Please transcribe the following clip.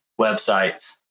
websites